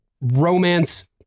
romance